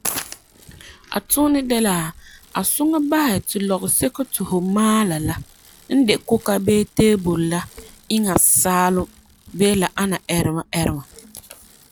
A tuunɛ de la,a suŋɛ basɛ to lɔgeseto to fu maala, la n de kuka bee teebule la inya saalum bee la ana ɛreba, ɛreba.